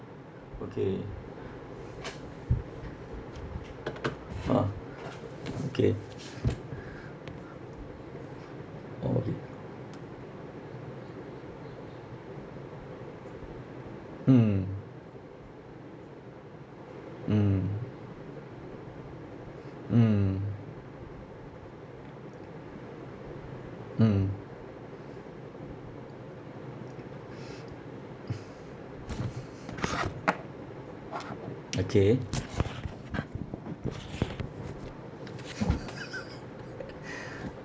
okay ah okay mm mm mm mm okay